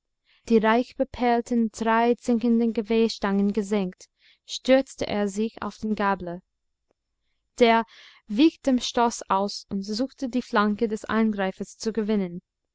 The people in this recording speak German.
die reich beperlten dreizinkigen geweihstangen gesenkt stürzte er sich auf den gabler der wich dem stoß aus und suchte die flanke des angreifers zu gewinnen